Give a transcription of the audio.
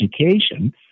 education